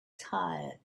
tired